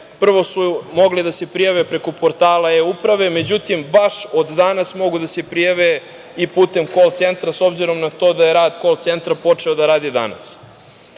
Prvo su mogli da se prijave preko portala eUprave. Međutim, baš od danas mogu da se prijave i putem kol centra, s obzirom na to da je rad kol centra počeo da radi danas. Treba